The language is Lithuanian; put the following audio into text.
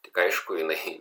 tik aišku jinai